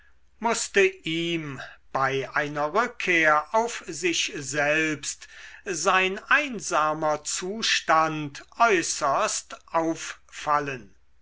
mußte ihm bei einer rückkehr auf sich selbst sein einsamer zustand äußerst auffallen